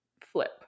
flip